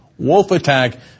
WolfAttack